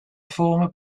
former